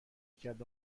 کرد